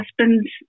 husband's